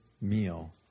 meal